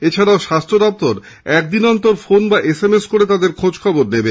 এছাড়া স্বাস্থ্য দপ্তর একদিন অন্তর ফোন বা এসএমএস করে তাদের খোঁজ নেবে